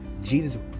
Jesus